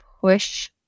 push